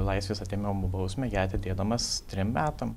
laisvės atėmimo bausmę ją atidėdamas trim metam